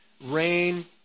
rain